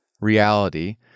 reality